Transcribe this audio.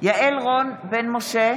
יעל רון בן משה,